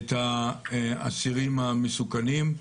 את האסירים המסוכנים.